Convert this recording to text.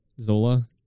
Zola